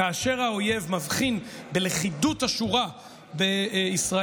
כאשר האויב מבחין בלכידות השורות בישראל,